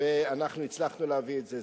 ואנחנו הצלחנו להביא את זה.